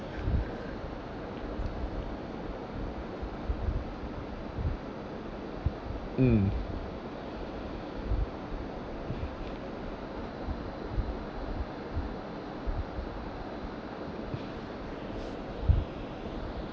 mm